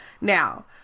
now